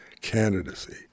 candidacy